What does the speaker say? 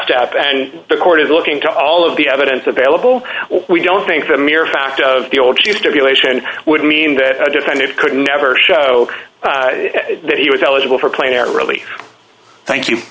step and the court is looking to all of the evidence available we don't think the mere fact of the old chief stimulation would mean that a defendant could never show that he was eligible for a player really thank you